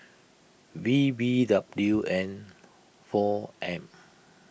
V B W N four M